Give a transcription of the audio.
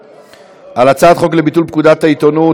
על הצעת חוק לביטול פקודת העיתונות,